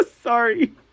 Sorry